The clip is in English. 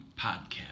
Podcast